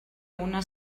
una